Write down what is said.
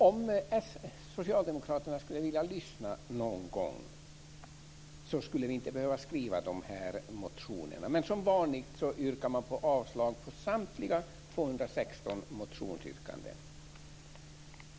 Om socialdemokraterna lyssnade någon gång skulle vi inte behöva skriva dessa motioner. Men som vanligt yrkar man avslag på samtliga 216 motionsyrkanden.